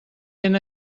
ben